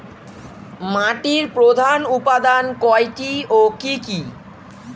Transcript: মাটির প্রধান উপাদান কয়টি ও কি কি?